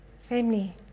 family